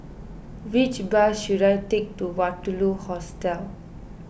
which bus should I take to Waterloo Hostel